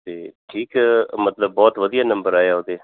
ਅਤੇ ਠੀਕ ਆ ਮਤਲਬ ਬਹੁਤ ਵਧੀਆ ਨੰਬਰ ਆਏ ਆ ਉਹਦੇ